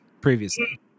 previously